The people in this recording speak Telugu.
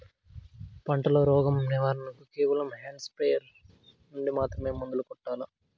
పంట లో, రోగం నివారణ కు కేవలం హ్యాండ్ స్ప్రేయార్ యార్ నుండి మాత్రమే మందులు కొట్టల్లా?